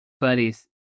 buddies